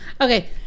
Okay